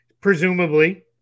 presumably